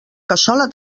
cassola